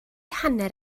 hanner